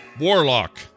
Warlock